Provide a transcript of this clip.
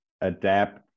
adapt